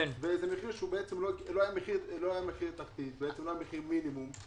וזה לא היה מחיר מינימום בעצם.